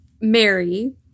Mary